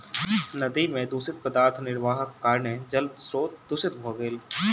नदी में दूषित पदार्थ निर्वाहक कारणेँ जल स्त्रोत दूषित भ गेल